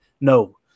no